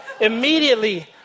Immediately